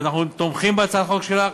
אנחנו תומכים בהצעת החוק שלך,